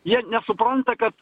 jie nesupranta kad